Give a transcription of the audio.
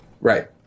Right